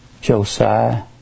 Josiah